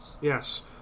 Yes